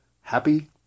happy